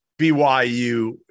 BYU